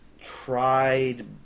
Tried